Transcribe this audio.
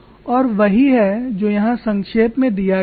और वही है जो यहाँ संक्षेप में दिया गया है